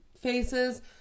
faces